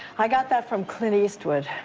i got that from clint eastwood.